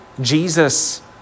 Jesus